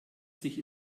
sich